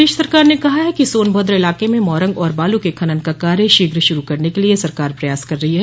प्रदेश सरकार ने कहा है कि सोनभद्र इलाके में मोरंग और बालू के खनन का कार्य शीघ्र शुरू करने के लिए सरकार प्रयास कर रही है